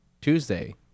Tuesday